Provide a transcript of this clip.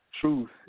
truth